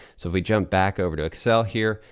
so if we jump back over to excel here,